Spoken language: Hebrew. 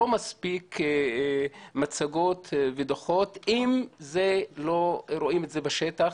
לא מספיק מצגות ודוחות אם לא רואים את זה בשטח.